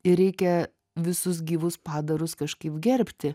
ir reikia visus gyvus padarus kažkaip gerbti